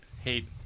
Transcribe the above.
hate